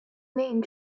name